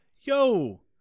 yo